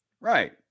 Right